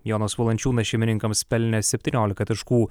jonas valančiūnas šeimininkams pelnė septyniolika taškų